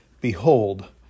Behold